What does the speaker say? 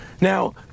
Now